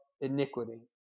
iniquity